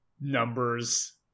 numbers